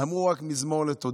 אמרו: רק מזמור לתודה.